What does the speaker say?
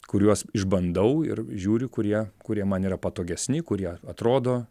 kuriuos išbandau ir žiūriu kurie kurie man yra patogesni kurie atrodo